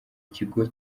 kigo